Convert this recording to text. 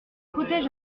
protège